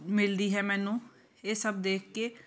ਮਿਲਦੀ ਹੈ ਮੈਨੂੰ ਇਹ ਸਭ ਦੇਖ ਕੇ